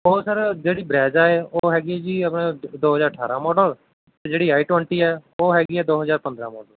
ਉਹ ਸਰ ਜਿਹੜੀ ਬਰੈਜਾ ਏ ਉਹ ਹੈਗੀ ਹੈ ਜੀ ਆਪਣਾ ਦੋ ਹਜ਼ਾਰ ਅਠ੍ਹਾਰਾਂ ਮੋਡਲ ਅਤੇ ਜਿਹੜੀ ਆਈ ਟਵੈਂਟੀ ਹੈ ਉਹ ਹੈਗੀ ਹੈ ਦੋ ਹਜ਼ਾਰ ਪੰਦਰ੍ਹਾਂ ਮੋਡਲ